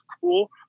cool